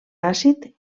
àcid